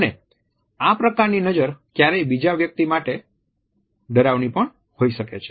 અને આ પ્રકારની નજર ક્યારેક બીજા વ્યક્તિ માટે ડરાવની પણ હોય શકે છે